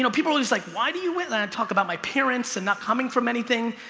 you know people are just like why do you when i talk about my parents and not coming from anything?